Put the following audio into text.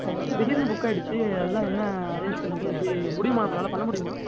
அது வந்து திடீர்னு புக் ஆயிடுச்சு அதுதான் என்ன அரேஞ்ச்மெண்டு எப்படி முடியுமா நம்மளால் பண்ண முடியுமா